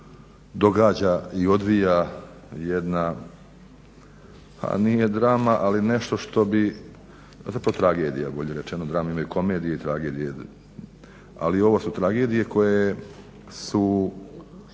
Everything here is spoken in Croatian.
događa i odvija jedna, a nije drama ali nešto što bi, zapravo tragedija bolje rečeno, drame imaju komedije i tragedije. Ali ovu su tragedije koje su